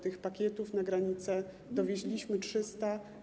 Tych pakietów na granicę dowieźliśmy 300.